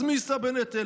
אז מי יישא בנטל?